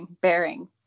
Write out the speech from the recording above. bearing